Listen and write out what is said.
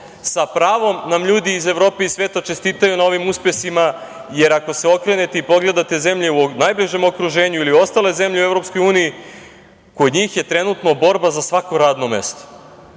sa pravom nam ljudi iz Evrope i sveta čestitaju na ovim uspesima, jer ako se okrenete i pogledate zemlje u najbližem okruženju ili ostale zemlju u EU, kod njih je trenutno borba za svako radno mesto